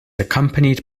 accompanied